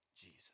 Jesus